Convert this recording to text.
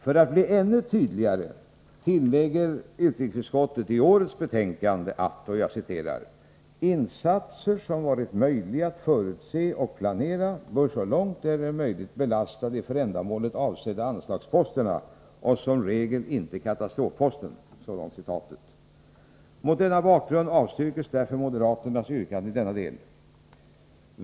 För att vara ännu tydligare tillägger utskottet i år i det betänkande som vi nu behandlar: ”Insatser som varit möjliga att förutse och planera bör så långt det är möjligt belasta de för ändamålet avsedda anslagsposterna och som regel inte katastrofposten.” Mot denna bakgrund avstyrks därför moderaternas yrkande i denna del.